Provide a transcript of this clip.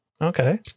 Okay